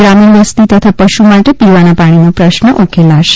ગ્રામીણ વસતિ તથા પશુ માટે પીવાના પાણીનો પ્રશ્ન ઊકેલાશે